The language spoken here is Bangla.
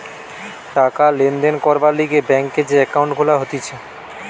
টাকা লেনদেন করবার লিগে ব্যাংকে যে একাউন্ট খুলা হতিছে